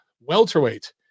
welterweight